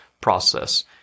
process